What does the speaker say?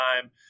time